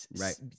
Right